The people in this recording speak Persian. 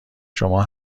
شما